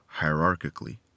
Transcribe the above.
hierarchically